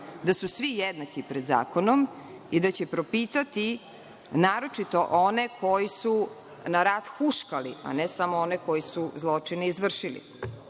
da su svi jednaki pred zakonom i da će propitati naročito one koje su na rat huškali, a ne samo one koji su zločine izvršili. Baš